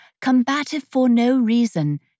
combative-for-no-reason